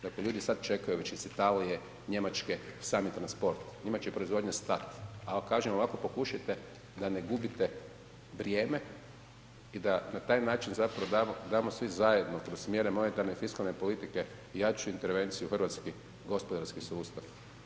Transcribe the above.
Dakle, ljudi sad čekaju već iz Italije, Njemačke sami transport, njima će proizvodnja stati, al kažem ovako pokušajte da ne gubite vrijeme i da na taj način zapravo damo svi zajedno kroz mjere monetarne i fiskalne politike jaču intervenciju u hrvatski gospodarski sustav.